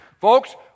Folks